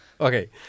Okay